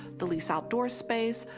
the least outdoor space.